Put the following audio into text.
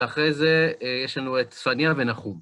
אחרי זה יש לנו את צפניה ונחום.